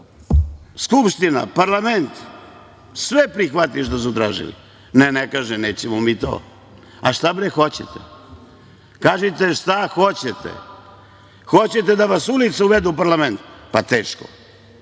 Skupština, parlament, sve prihvatili što su tražili. Ne, kaže, nećemo mi to. A šta hoćete? Kažite šta hoćete. Hoćete da vas ulica uvede u parlament? Pa, teško.